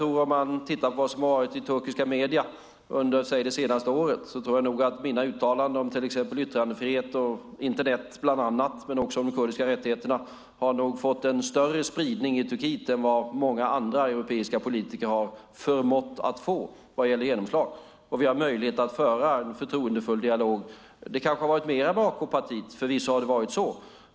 Om vi tittar på vad som skrivits i turkiska medier under, säg, det senaste året tror jag nog att vi kan konstatera att mina uttalanden om till exempel yttrandefrihet och Internet, men också om de kurdiska rättigheterna, har fått en större spridning i Turkiet än vad många andra europeiska politiker har förmått få vad gäller genomslag. Vi har möjlighet att föra en förtroendefull dialog. Det kanske har varit mer med AK-partiet. Förvisso har det varit så.